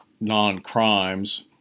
non-crimes